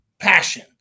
passion